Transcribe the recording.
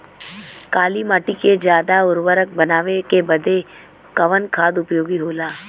काली माटी के ज्यादा उर्वरक बनावे के बदे कवन खाद उपयोगी होला?